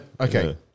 Okay